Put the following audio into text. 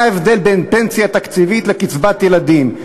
מה ההבדל בין פנסיה תקציבית לקצבת ילדים?